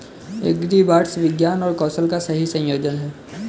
agribots विज्ञान और कौशल का सही संयोजन हैं